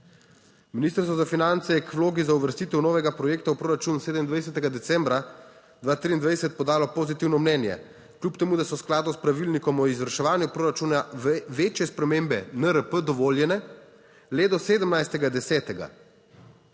Ministrstvo za finance je k vlogi za uvrstitev novega projekta v proračun 27. decembra 2023 podalo pozitivno mnenje, kljub temu, da so v skladu s pravilnikom o izvrševanju proračuna večje spremembe NRP dovoljene le do 17. 10.